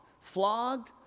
flogged